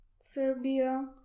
Serbia